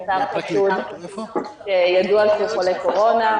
נעצר אדם שידוע שהוא חולה קורונה,